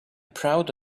proud